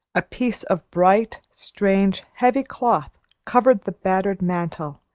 a piece of bright, strange, heavy cloth covered the battered mantel,